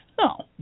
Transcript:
No